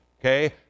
okay